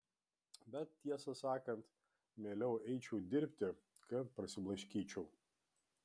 bet tiesą sakant mieliau eičiau dirbti kad prasiblaškyčiau